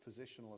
positional